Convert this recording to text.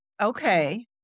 Okay